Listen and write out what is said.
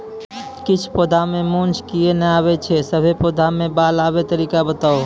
किछ पौधा मे मूँछ किये नै आबै छै, सभे पौधा मे बाल आबे तरीका बताऊ?